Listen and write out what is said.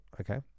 Okay